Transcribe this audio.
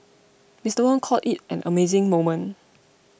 Mister Wong called it an amazing moment